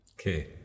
Okay